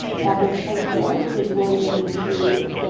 now, this right here is where you need to